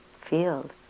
field